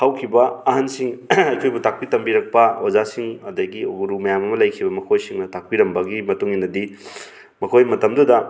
ꯍꯧꯈꯤꯕ ꯑꯍꯜꯁꯤꯡ ꯑꯩꯈꯣꯏꯕꯨ ꯇꯥꯛꯄꯤ ꯇꯝꯕꯤꯔꯛꯄ ꯑꯣꯖꯥꯁꯤꯡ ꯑꯗꯒꯤ ꯒꯨꯔꯨ ꯃꯌꯥꯝ ꯑꯃ ꯂꯩꯈꯤꯕ ꯃꯈꯣꯏꯁꯤꯡꯅ ꯇꯥꯛꯄꯤꯔꯝꯕꯒꯤ ꯃꯇꯨꯡ ꯏꯟꯅꯗꯤ ꯃꯈꯣꯏ ꯃꯇꯝꯗꯨꯗ